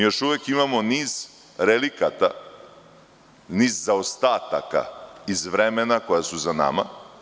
Još uvek imamo niz relikata, niz zaostataka iz vremena koja su za nama.